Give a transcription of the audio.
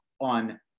on